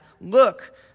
look